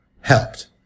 helped